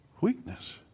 weakness